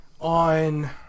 on